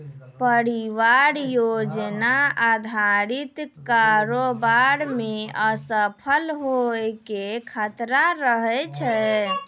परियोजना अधारित कारोबार मे असफल होय के खतरा रहै छै